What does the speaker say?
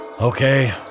Okay